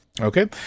Okay